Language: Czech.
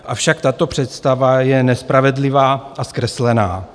Avšak tato představa je nespravedlivá a zkreslená.